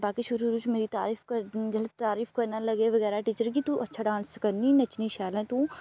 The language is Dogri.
बाकी शुरू शुरू च मेरी तारीफ जेल्लै तारीफ करना लग्गे बगैरा टीचर कि तू अच्छा डांस करनी नच्चनी शैल ऐं तू